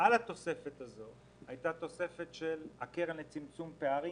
התוספת הזאת הייתה התוספת של הקרן לצמצום פערים.